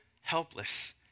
helpless